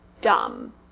dumb